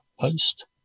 post